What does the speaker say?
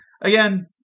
again